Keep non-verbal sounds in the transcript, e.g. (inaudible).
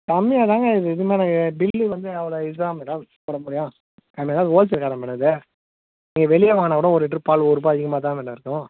கம்மியா தாங்க இது இதுக்கு மேலே பில்லு வந்து அவ்வளோ இதுதான் மேடம் போட முடியும் (unintelligible) ஹோல்சேல் கடை மேடம் இது நீங்கள் வெளியே வாங்கினா கூட ஒரு லிட்ரு பால் ஒரு ரூபாய் அதிகமாக தான் மேடம் இருக்கும்